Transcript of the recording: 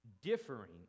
differing